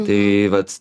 tai vat